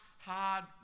hard